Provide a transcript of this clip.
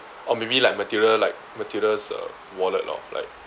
or maybe like matilda like matilda's uh wallet lor like